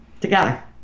together